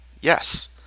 Yes